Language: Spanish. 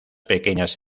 pequeñas